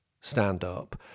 stand-up